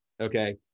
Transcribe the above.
okay